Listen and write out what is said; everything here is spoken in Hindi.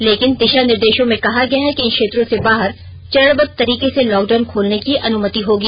लेकिन दिशा निर्देशों में कहा गया है कि इन क्षेत्रों से बाहर चरणबद्व तरीके से लॉकडाउन खोलने की अनुमति होगी